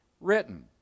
written